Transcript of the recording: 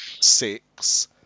six